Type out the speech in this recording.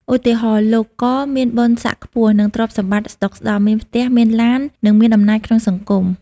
ឧទាហរណ៍ លោក ក មានបុណ្យស័ក្តិខ្ពស់ និងទ្រព្យសម្បត្តិស្តុកស្ដម្ភ មានផ្ទះ មានឡាន និងមានអំណាចក្នុងសង្គម។